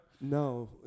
No